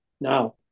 Now